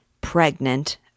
Pregnant